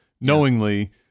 knowingly